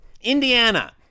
Indiana